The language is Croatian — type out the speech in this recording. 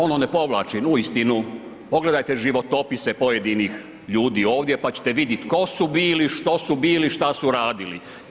Ono ne povlačim, uistinu, pogledajte životopise pojedinih ljudi ovdje pa ćete vidjeti tko su bili, što su bili, šta su radili.